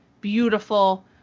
beautiful